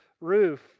roof